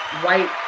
white